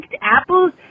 apples